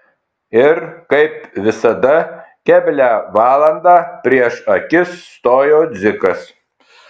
ir kaip visada keblią valandą prieš akis stojo dzikas